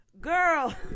Girl